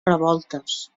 revoltes